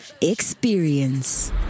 Experience